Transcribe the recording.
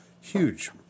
Huge